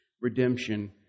redemption